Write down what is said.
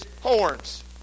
horns